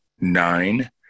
nine